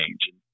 change